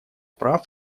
прав